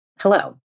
Hello